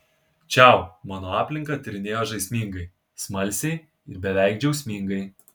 čiau mano aplinką tyrinėjo žaismingai smalsiai ir beveik džiaugsmingai